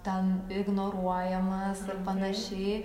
ten ignoruojamas ir panašiai